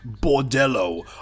Bordello